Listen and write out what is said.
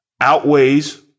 outweighs